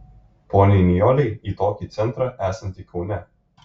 poniai nijolei į tokį centrą esantį kaune